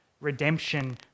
redemption